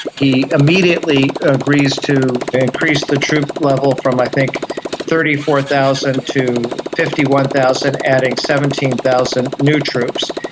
he immediately agrees to increase the troop level from i think thirty four thousand to fifty one thousand, adding seventeen thousand new troops.